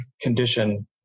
condition